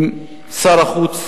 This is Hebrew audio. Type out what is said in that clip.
עם שר החוץ